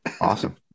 Awesome